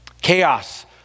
Chaos